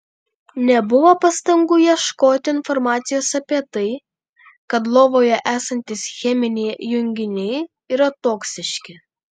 nebuvo pastangų ieškoti informacijos apie tai kad lovoje esantys cheminiai junginiai yra toksiški